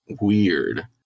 weird